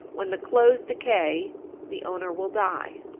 when the clothes decay the owner will die.